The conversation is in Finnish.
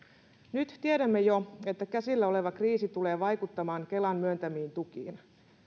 nyt tiedämme jo että käsillä oleva kriisi tulee vaikuttamaan kelan myöntämiin tukiin